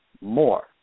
more